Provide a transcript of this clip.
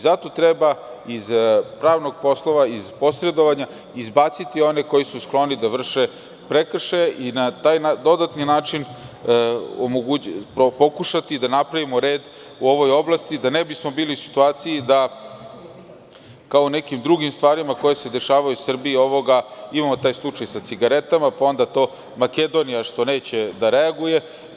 Zato treba iz pravnih poslova, iz posredovanja izbaciti one koji su skloni da vrše prekršaje i na taj dodatni način pokušati da napravimo red u ovoj oblasti, da ne bismo bili u situaciji da, kao i u nekim drugim stvarima koje se dešavaju u Srbiji, imamo slučaj sa cigaretama, pa to što Makedonija neće da reaguje.